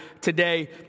today